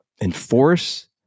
enforce